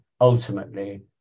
ultimately